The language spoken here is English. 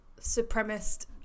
supremacist